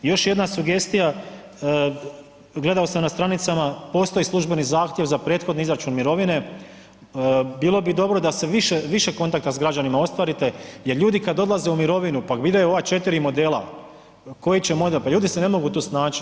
Još jedna sugestija, gledao sam na stranicama, postoji službeni zahtjev za prethodni izračun mirovine, bilo bi dobro da se više kontakta sa građanima ostvarite jer ljudi kada odlaze u mirovinu pa vide ova četiri modela koji će model pa ljudi se ne mogu tu snaći.